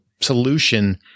solution